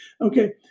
Okay